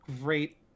great